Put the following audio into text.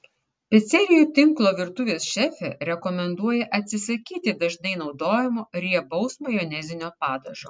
picerijų tinklo virtuvės šefė rekomenduoja atsisakyti dažnai naudojamo riebaus majonezinio padažo